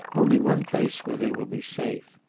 only one place where they will be safe.